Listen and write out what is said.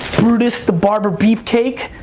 brutus the barber beefcake.